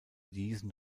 diesen